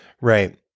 Right